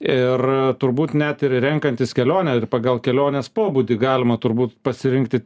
ir turbūt net ir renkantis kelionę ir pagal kelionės pobūdį galima turbūt pasirinkti